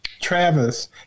Travis